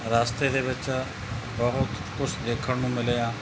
ਰਸਤੇ ਦੇ ਵਿੱਚ ਬਹੁਤ ਕੁਛ ਦੇਖਣ ਨੂੰ ਮਿਲਿਆ